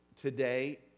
today